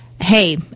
hey